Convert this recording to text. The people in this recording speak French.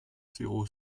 zéro